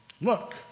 Look